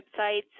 Websites